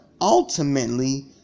ultimately